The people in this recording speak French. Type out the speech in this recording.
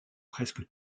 presque